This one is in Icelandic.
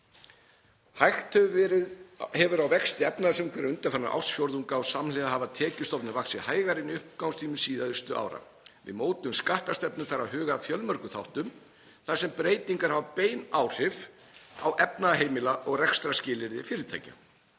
„Hægt hefur á vexti efnahagsumsvifa undanfarna ársfjórðunga og samhliða hafa tekjustofnarnir vaxið hægar en á uppgangstímum síðustu ára. Við mótun skattstefnu þarf að huga að fjölmörgum þáttum, þar sem breytingar hafa bein áhrif á efnahag heimila og rekstrarskilyrði fyrirtækja.